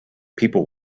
people